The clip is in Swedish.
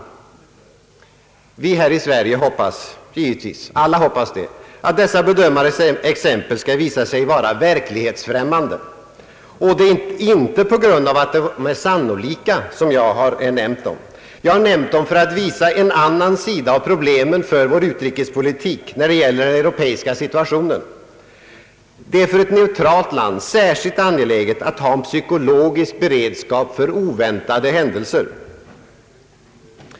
Här i Sverige hoppas givetvis alla att dessa bedömares exempel skall visa sig vara verklighetsfrämmande, och det är inte på grund av att de är sannolika som jag har nämnt dem. Jag har nämnt dem för att visa en annan sida av problemen för vår utrikespolitik i fråga om den europeiska situationen. Det är för ett neutralt land särskilt angeläget att ha en psykologisk beredskap för oväntade händelser.